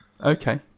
Okay